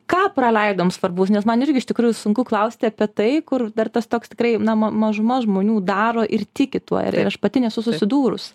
ką praleidom svarbaus nes man irgi iš tikrųjų sunku klausti apie tai kur dar tas toks tikrai na mažuma žmonių daro ir tiki tuo ir ir aš pati nesu susidūrus